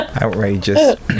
Outrageous